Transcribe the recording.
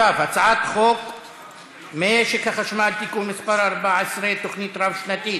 התשע"ז 2017, לוועדת הכלכלה נתקבלה.